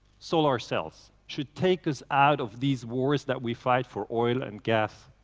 solar cells, should take us out of these wars that we fight for oil and gas.